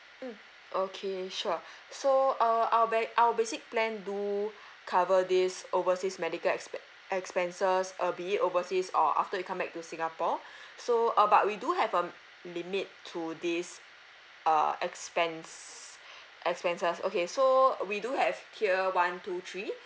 mm okay sure so uh our ba~ our basic plan do cover this overseas medical expe~ expenses uh be it overseas or after you come back to singapore so uh but we do have um limit to this uh expense expenses okay so we do have tier one two three